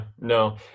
no